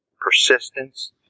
Persistence